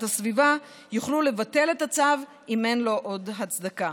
הסביבה יוכלו לבטל את הצו אם אין לו עוד הצדקה.